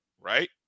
right